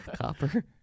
Copper